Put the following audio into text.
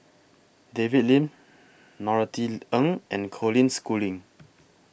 David Lim Norothy Ng and Colin Schooling